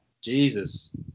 Jesus